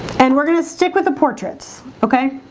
and we're gonna stick with the portraits. okay?